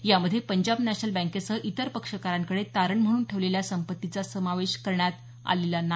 यामध्ये पंजाब नॅशनल बँकेसह इतर पक्षकारांकडे तारण म्हणून ठेवलेल्या संपत्तीचा समावेश करण्यात आलेला नाही